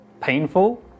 painful